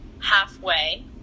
Halfway